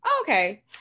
Okay